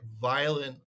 violent